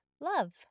love